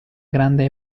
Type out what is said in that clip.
grande